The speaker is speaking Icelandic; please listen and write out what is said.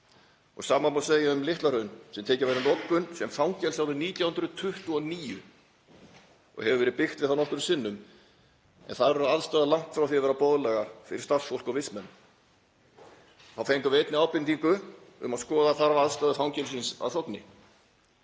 Sama má segja um Litla-Hraun, sem tekið var í notkun sem fangelsi árið 1929 og hefur verið byggt við það nokkrum sinnum. En þar eru aðstæður langt frá því að vera boðlegar fyrir starfsfólk og vistmenn. Þá fengum við einnig ábendingu um að skoða þurfi aðstæður fangelsisins að Sogni.